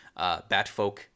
Batfolk